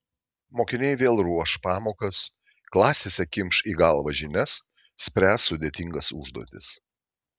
mokiniai vėl ruoš pamokas klasėse kimš į galvą žinias spręs sudėtingas užduotis